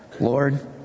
Lord